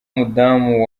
umudamu